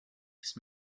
ist